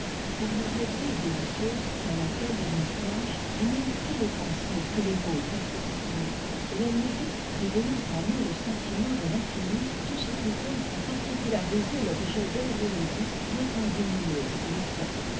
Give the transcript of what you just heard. car la rêverie délicieuse dans laquelle il nous plonge anéantit les pensées que les mots peuvent exprimer et la musique réveillant en nous te sentiment de l'infini tout ce qui tend à particulariser l'objet de la mélodie doit en diminuer